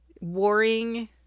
warring